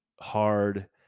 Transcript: hard